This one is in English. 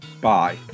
Bye